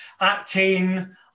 acting